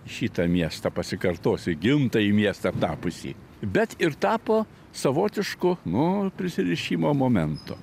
į šitą miestą pasikartosiu į gimtąjį miestą tapusį bet ir tapo savotišku nu prisirišimo momentu